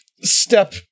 step